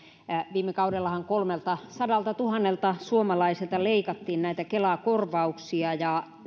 viime kaudellahan kolmeltasadaltatuhannelta suomalaiselta leikattiin näitä kela korvauksia ja